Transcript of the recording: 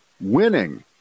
winning